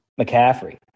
McCaffrey